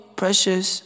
precious